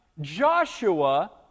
Joshua